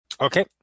Okay